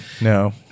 no